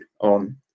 on